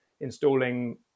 installing